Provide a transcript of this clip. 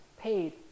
paid